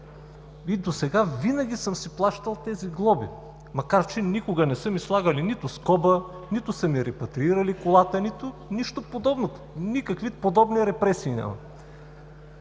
Досега винаги съм си плащал глобите, макар че никога не са ми слагали нито скоба, нито са ми репатрирали колата, нито нищо подобно. Никакви подобни репресии нямам!